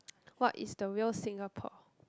what is the real Singapore